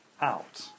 out